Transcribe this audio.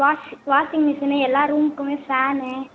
wash washing machine எல்லா ரூமுக்குமே fan